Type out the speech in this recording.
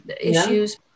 issues